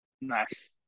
Nice